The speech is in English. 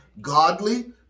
godly